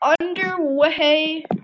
underway